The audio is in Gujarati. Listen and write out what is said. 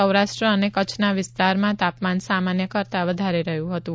સૌરાષ્ટ્ર અને કચ્છના વિસ્તારમાં તાપમાન સામાન્ય કરતાં વધારે હતું